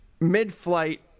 mid-flight